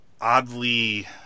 oddly